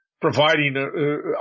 providing